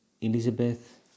Elizabeth